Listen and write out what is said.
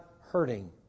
hurting